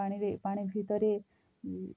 ପାଣିରେ ପାଣି ଭିତରେ